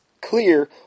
clear